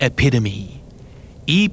Epitome